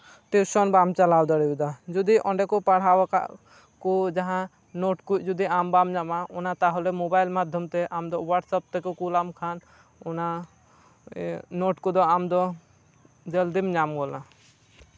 tuition ᱵᱟᱢ ᱪᱟᱞᱟᱣ ᱫᱟᱲᱮᱣᱟᱫᱟ ᱡᱚᱫᱤ ᱚᱸᱰᱮ ᱠᱚ ᱯᱟᱲᱦᱟᱣ ᱟᱠᱟᱫ ᱠᱚ ᱡᱟᱦᱟᱸ ᱱᱳᱴ ᱠᱚ ᱡᱩᱫᱤ ᱟᱢ ᱵᱟᱢ ᱧᱟᱢᱟ ᱚᱱᱟ ᱛᱟᱦᱞᱮ ᱢᱳᱵᱟᱭᱤᱞ ᱢᱟᱫᱽᱫᱷᱚᱢ ᱛᱮ ᱟᱢᱫᱚ ᱦᱳᱣᱟᱴᱥᱮᱯ ᱛᱮᱠᱚ ᱠᱩᱞ ᱟᱢ ᱠᱷᱟᱱ ᱚᱱᱟ ᱱᱳᱴ ᱠᱚᱫᱚ ᱟᱢᱫᱚ ᱡᱚᱞᱫᱤᱢ ᱧᱟᱢ ᱜᱚᱫᱟ